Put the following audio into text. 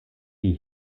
die